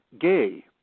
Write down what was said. gay